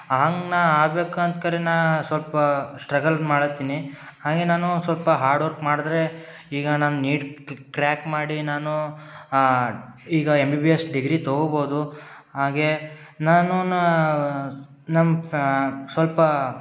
ಹಂಗೆ ನಾ ಆಗಬೇಕಂತ್ಕರೆ ನಾ ಸ್ವಲ್ಪ ಸ್ಟ್ರಗಲ್ ಮಾಡತಿನಿ ಹಾಗೆ ನಾನು ಸ್ವಲ್ಪ ಹಾರ್ಡ್ವರ್ಕ್ ಮಾಡಿದ್ರೆ ಈಗ ನನ್ನ ನೀಟ್ ಕ್ರ್ಯಾಕ್ ಮಾಡಿ ನಾನು ಈಗ M B B S degree ತೊಗೊಬೋದು ಹಾಗೇ ನಾನು ನಾ ನಮ್ಮ ಫ್ಯಾ ಸ್ವಲ್ಪ